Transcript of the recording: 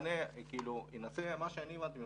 --- ועם